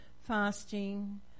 fasting